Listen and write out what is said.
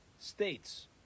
states